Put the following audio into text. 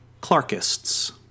Clarkists